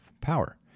power